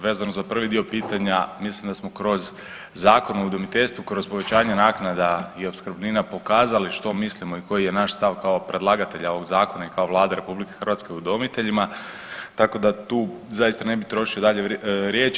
Vezano za prvi dio pitanja mislim da smo kroz Zakon o udomiteljstvu, kroz povećanje naknada i opskrbnina pokazali što mislimo i koji je naš stav kao predlagatelja ovog zakona i kao Vlade RH udomiteljima tako da tu zaista ne bi trošio dalje riječi.